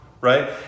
Right